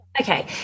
Okay